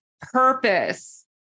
purpose